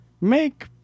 make